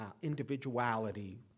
individuality